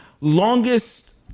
longest